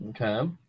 Okay